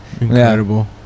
Incredible